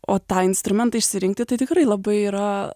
o tą instrumentą išsirinkti tai tikrai labai yra